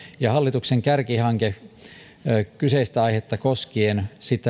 ja hallituksen kärkihanketta kyseistä aihetta koskien